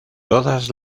todas